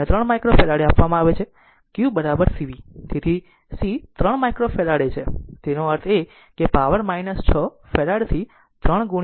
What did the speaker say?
તેને 3 માઇક્રોફેરાડે આપવામાં આવે છે q cv તેથી સી 3 માઇક્રોફેરાડે છે તેનો અર્થ એ કે પાવર 6 ફેરાડથી 3 10